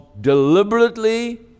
deliberately